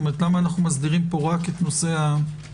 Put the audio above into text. כלומר למה אנחנו מסדירים פה רק את נושא השותפויות.